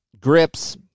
grips